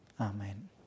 Amen